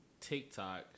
TikTok